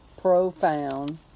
profound